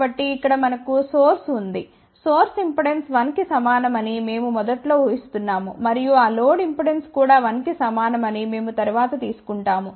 కాబట్టి ఇక్కడ మనకు సోర్స్ ఉంది సోర్స్ ఇంపెడెన్స్ 1 కి సమానమని మేము మొదట్లో ఉహిస్తున్నాము మరియు ఆ లోడ్ ఇంపెడెన్స్ కూడా 1 కి సమానమని మేము తరువాత తీసుకుంటాము